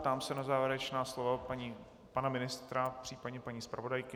Ptám se na závěrečná slova pana ministra, případně paní zpravodajky.